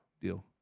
deal